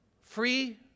Free